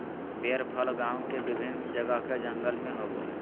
बेर फल गांव के विभिन्न जगह के जंगल में होबो हइ